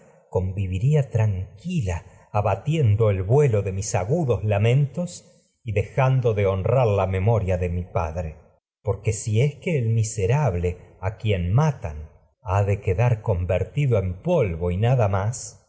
y tranquila abatiendo el vuelo de mis dejando de honrar la memoria de mi el miserable polvo y es que en a quien matan ha y quedar convertido no nada más